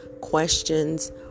questions